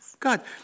God